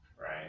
Right